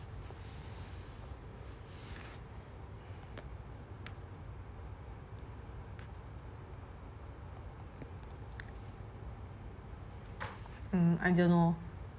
um I don't know